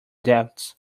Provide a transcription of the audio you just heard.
debts